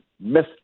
miss